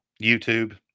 youtube